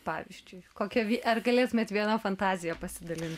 pavyzdžiui kokia ji ar galėtumėt viena fantazija pasidalint